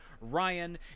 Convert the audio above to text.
Ryan